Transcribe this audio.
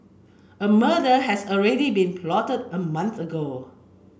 a murder had already been plotted a month ago